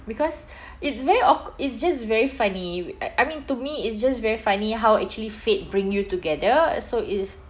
because it's very awk~ it's just very funny uh I mean to me it's just very funny how actually fate bring you together so is